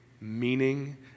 meaning